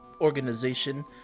organization